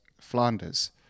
Flanders